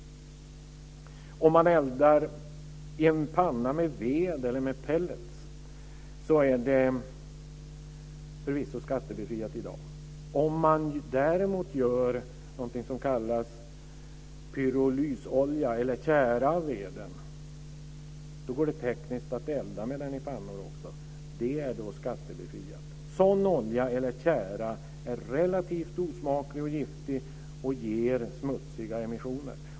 Om man eldar i en panna med ved eller med pelletts är det förvisso skattebefriat i dag. Om man däremot gör något som kallas pyrolysolja eller tjära av veden går det tekniskt att också elda med den i pannor. Det är då skattebefriat. Sådan olja eller tjära är relativt osmaklig och giftig och ger smutsiga emissioner.